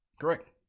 Correct